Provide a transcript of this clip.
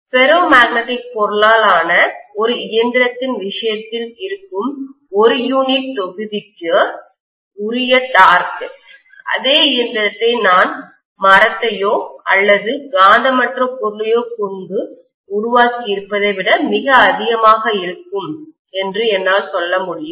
ferro magnetic பொருளால் ஆன ஒரு இயந்திரத்தின் விஷயத்தில் இருக்கும் ஒரு யூனிட் தொகுதிக்கு உரிய டார்க் முறுக்கு நிச்சயமாக அதே இயந்திரத்தை நான் மரத்தையோ அல்லது காந்தமற்ற பொருளையோ கொண்டு உருவாக்கி இருப்பதை விட மிக அதிகமாக இருக்கும் என்று என்னால சொல்ல முடியும்